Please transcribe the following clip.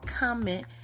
comment